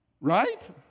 Right